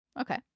okay